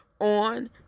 on